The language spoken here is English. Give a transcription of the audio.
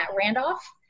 Randolph